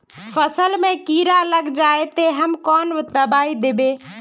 फसल में कीड़ा लग जाए ते, ते हम कौन दबाई दबे?